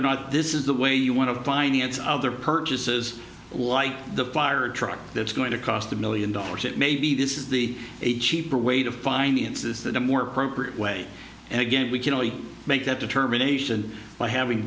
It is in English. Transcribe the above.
or not this is the way you want to finance other purchases like the fire truck that's going to cost a million dollars that maybe this is the a cheaper way to finance this than a more appropriate way and again we can only make that determination by having